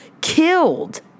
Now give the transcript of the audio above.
killed